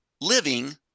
living